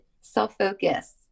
self-focus